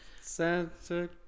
Santa